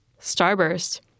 Starburst